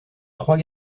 trois